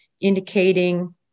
indicating